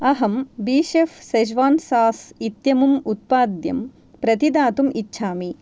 अहं बीशेफ् Szechuan sauce इत्यमुम् उत्पाद्यं प्रतिदातुम् इच्छामि